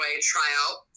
tryout